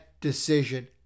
decision